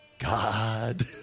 god